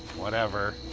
whatever.